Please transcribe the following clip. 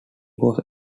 was